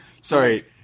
Sorry